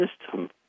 system